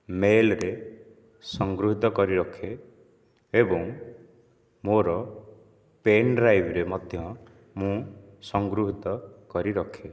ମେଲ୍ରେ ସଂଗୃହିତ କରି ରଖେ ଏବଂ ମୋର ପେଣ୍ଡ୍ରାଇଭ୍ରେ ମଧ୍ୟ ମୁଁ ସଂଗୃହିତ କରି ରଖେ